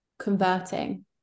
converting